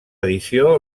edició